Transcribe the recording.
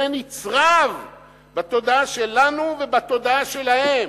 זה נצרב בתודעה שלנו ובתודעה שלהם.